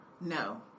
No